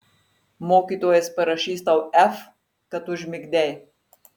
mokytojas parašys tau f kad užmigdei